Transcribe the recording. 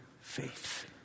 faith